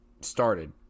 started